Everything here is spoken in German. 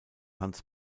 hans